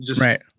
Right